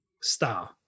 star